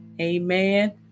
amen